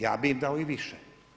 Ja bi im dao i više.